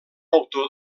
autor